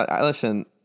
Listen